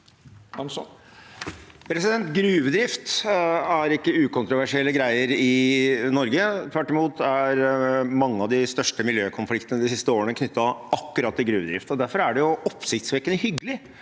Gruvedrift er ikke ukontroversielle greier i Norge. Tvert imot er mange av de største miljøkonfliktene de siste årene knyttet til akkurat gruvedrift. Derfor er det oppsiktsvekkende